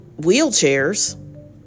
wheelchairs